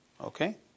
Okay